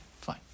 Fine